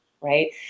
right